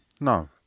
no